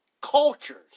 cultures